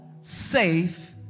safe